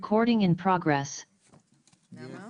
הישיבה ננעלה